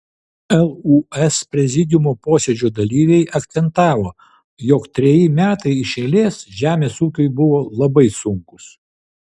lūs prezidiumo posėdžio dalyviai akcentavo jog treji metai iš eilės žemės ūkiui buvo labai sunkūs